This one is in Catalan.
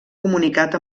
comunicat